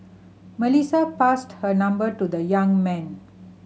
Melissa passed her number to the young man